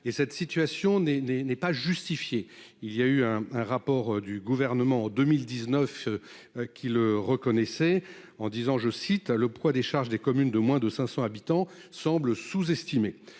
et cette situation n'est n'est n'est pas justifiée il y a eu un, un rapport du gouvernement en 2019 qu'le reconnaissait, en disant, je cite : le poids des charges des communes de moins de 500 habitants semblent sous-estimer